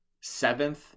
Seventh